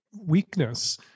weakness